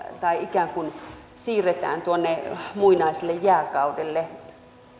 tai ikään kuin siirretään tuonne muinaiselle jääkaudelle